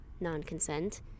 non-consent